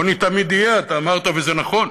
עוני תמיד יהיה, אתה אמרת, וזה נכון.